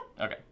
okay